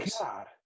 God